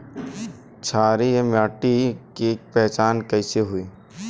क्षारीय माटी के पहचान कैसे होई?